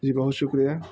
جی بہت شکریہ